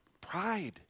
pride